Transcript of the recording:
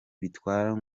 bitwaro